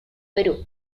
perú